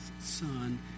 son